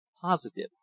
positive